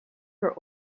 her